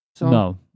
No